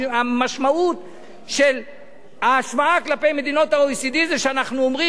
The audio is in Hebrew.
והמשמעות של ההשוואה כלפי מדינות ה-OECD זה שאנחנו אומרים